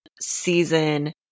season